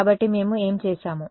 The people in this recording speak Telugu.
కాబట్టి మేము ఏమి చేసాము